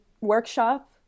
workshop